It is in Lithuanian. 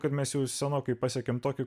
kad mes jau senokai pasiekėme tokį